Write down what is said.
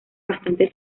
bastante